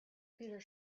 peter